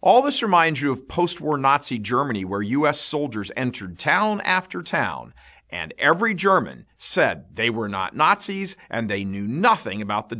all this reminds you of post war nazi germany where u s soldiers entered town after town and every german said they were not nazis and they knew nothing about the